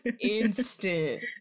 instant